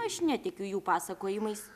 aš netikiu jų pasakojimais